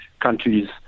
countries